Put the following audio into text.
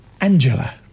Angela